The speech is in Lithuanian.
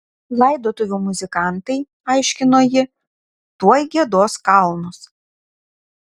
laidotuvių muzikantai aiškino ji tuoj giedos kalnus